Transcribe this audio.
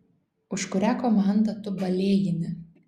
už kurią komandą tu balėjini